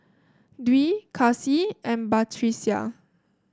Dwi Kasih and Batrisya